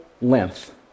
length